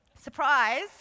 surprise